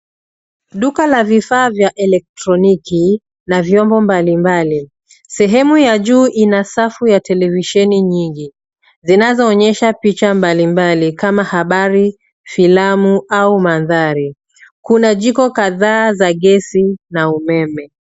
Duka la vifaa vya electroniki na vyombo mbalimbali. Sehemu ya juu ina safu ya televisheni nyingi zinazoonyesha picha mbalimbali kama habari, filamu au mandhari. Kuna jiko kadhaa za gesi na umeme.